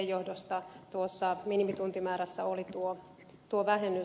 eli sen johdosta minimituntimäärässä oli tuo vähennys